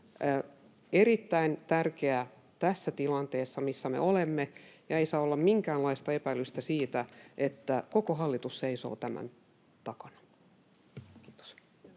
erittäin tärkeä tässä tilanteessa, missä me olemme, ja ei saa olla minkäänlaista epäilystä siitä, että koko hallitus seisoo tämän takana. — Kiitos.